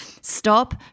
Stop